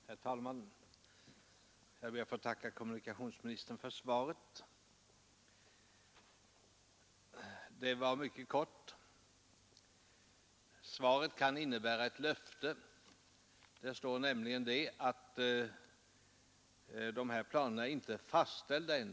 Herr talman! Jag ber att få tacka kommunikationsministern för svaret. Det var mycket kort. Svaret kan innebära ett löfte. Det står nämligen i svaret att planerna ännu inte är fastställda.